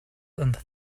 and